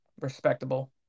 respectable